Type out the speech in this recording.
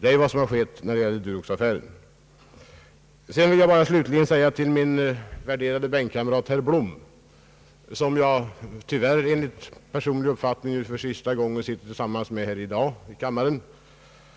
men så har skett när det gäller Duroxaffären. Slutligen vill jag bara säga några ord till min värderade bänkkamrat, herr Blom, som jag tyvärr efter vad jag tror delar bänk med för sista gången i dag.